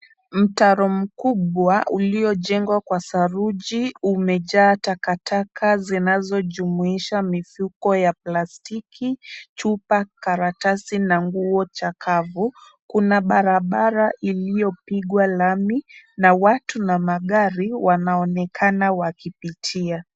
Mtaro mkubwa uliojengwa kwa saruji umejaa taka taka zinazojumuisha mifuko ya plastiki, chupa, karatasi na nguo chakavu. Kuna barabara iliyopigwa lami, na watu na magari wanaonekana wakipitia.